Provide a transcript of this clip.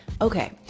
okay